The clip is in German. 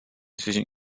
zwischen